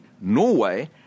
Norway